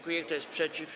Kto jest przeciw?